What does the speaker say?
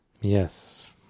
Yes